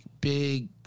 big